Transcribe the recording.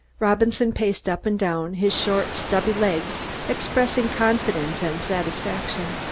robinson paced up and down, his short stubby legs expressing confidence and satisfaction.